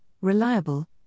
reliable